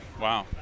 Wow